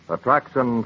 Attraction